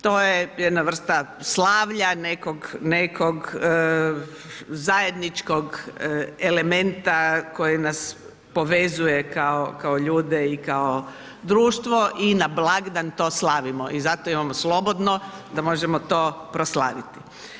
To je jedna vrsta slavlja, nekog zajedničkog elementa koji nas povezuje kao ljude i kao društvo i na blagdan to slavimo i zato imamo slobodno da možemo to proslaviti.